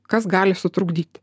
kas gali sutrukdyti